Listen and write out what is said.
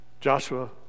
Joshua